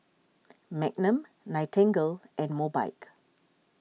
Magnum Nightingale and Mobike